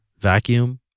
vacuum